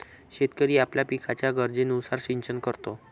शेतकरी आपल्या पिकाच्या गरजेनुसार सिंचन करतो